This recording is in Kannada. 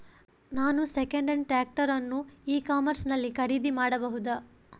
ನಾನು ಸೆಕೆಂಡ್ ಹ್ಯಾಂಡ್ ಟ್ರ್ಯಾಕ್ಟರ್ ಅನ್ನು ಇ ಕಾಮರ್ಸ್ ನಲ್ಲಿ ಖರೀದಿ ಮಾಡಬಹುದಾ?